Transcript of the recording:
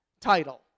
title